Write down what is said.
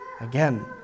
Again